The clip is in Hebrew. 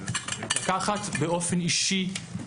באופן אישי,